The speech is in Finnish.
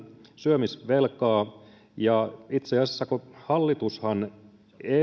syömisvelkaa ja itse asiassa hallitushan ei